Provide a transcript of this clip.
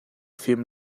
fim